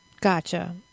Gotcha